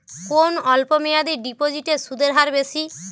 কোন অল্প মেয়াদি ডিপোজিটের সুদের হার বেশি?